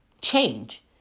change